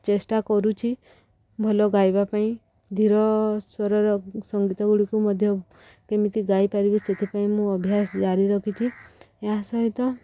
ଚେଷ୍ଟା କରୁଛି ଭଲ ଗାଇବା ପାଇଁ ଧୀର ସ୍ୱରର ସଙ୍ଗୀତଗୁଡ଼ିକୁ ମଧ୍ୟ କେମିତି ଗାଇପାରିବେ ସେଥିପାଇଁ ମୁଁ ଅଭ୍ୟାସ ଜାରି ରଖିଛି ଏହା ସହିତ